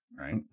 right